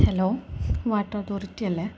hello water authority അല്ലേ